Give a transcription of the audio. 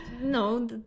no